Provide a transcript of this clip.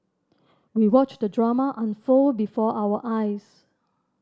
we watched the drama unfold before our eyes